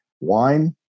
Wine